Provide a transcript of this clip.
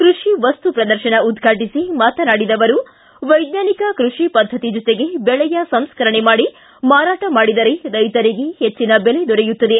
ಕೃಷಿ ವಸ್ತು ಶ್ರದರ್ಶನ ಉದ್ರಾಟಿಸಿ ಮಾತನಾಡಿದ ಅವರು ವೈಚ್ವಾನಿಕ ಕೃಷಿ ಪದ್ದತಿ ಜೊತೆಗೆ ಬೆಳೆಯ ಸಂಸ್ಕರಣೆ ಮಾಡಿ ಮಾರಾಟ ಮಾಡಿದರೆ ರೈತರಿಗೆ ಹೆಚ್ಚಿನ ಬೆಲೆ ದೊರೆಯುತ್ತದೆ